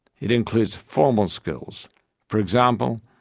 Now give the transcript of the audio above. it includes formal skills for example,